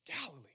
Galilee